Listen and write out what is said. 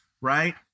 right